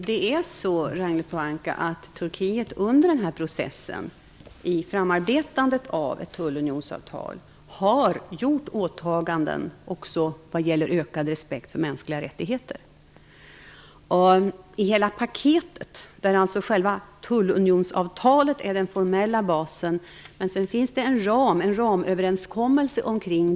Fru talman! Turkiet har under den här processen, vid framarbetandet av ett tullunionsavtal, gjort åtaganden också vad gäller ökad respekt för mänskliga rättigheter. I hela paketet, där själva tullunionsavtalet är den formella basen, ingår en ramöverenskommelse.